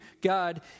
God